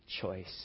choice